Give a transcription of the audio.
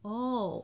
oh